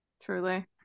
Truly